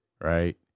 right